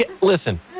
Listen